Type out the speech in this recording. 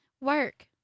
work